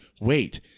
wait